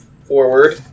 forward